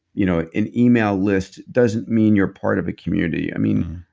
you know ah an email list doesn't mean you're part of a community. i mean,